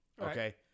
Okay